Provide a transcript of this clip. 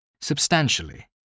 substantially